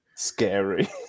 Scary